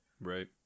right